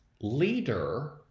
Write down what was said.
leader